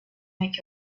make